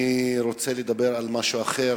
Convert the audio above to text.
אני רוצה לדבר על משהו אחר